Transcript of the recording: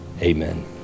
Amen